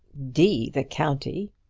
d the county!